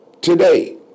today